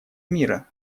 мира